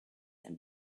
and